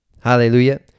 hallelujah